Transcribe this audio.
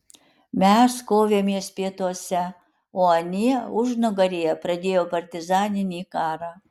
mes kovėmės pietuose o anie užnugaryje pradėjo partizaninį karą